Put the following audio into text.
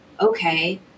okay